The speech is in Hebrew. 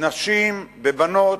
בנשים בבנות,